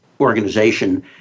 organization